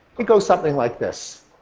it goes something like this.